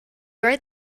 right